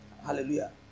Hallelujah